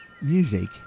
music